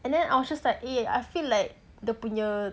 and then I was just like I feel like dia punya